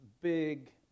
big